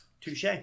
Touche